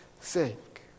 sake